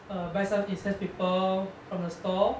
buy some incense paper from the store